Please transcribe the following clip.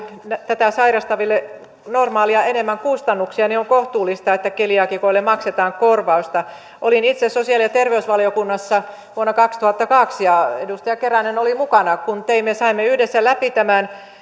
tätä sairastaville normaalia enemmän kustannuksia niin on kohtuullista että keliaakikoille maksetaan korvausta olin itse sosiaali ja terveysvaliokunnassa vuonna kaksituhattakaksi ja edustaja keränen oli mukana kun saimme yhdessä läpi tämän